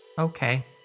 Okay